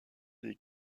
des